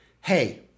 hey